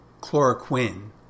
chloroquine